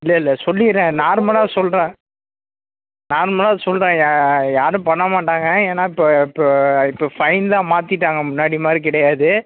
இல்லை இல்லை சொல்லிடறேன் நார்மலாக சொல்கிறேன் நார்மலாக சொல்கிறேன் யா யாரும் பண்ண மாட்டாங்க ஏன்னால் இப்போ இப்போ இப்போ ஃபைன்லாம் மாற்றிட்டாங்க முன்னாடி மாதிரி கிடையாது